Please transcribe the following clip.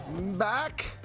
Back